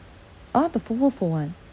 !huh! the fold fold fold [one]